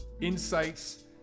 insights